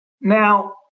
Now